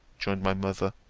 joined my mother.